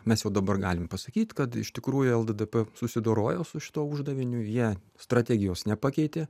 mes jau dabar galim pasakyt kad iš tikrųjų lddp susidorojo su šituo uždaviniu jie strategijos nepakeitė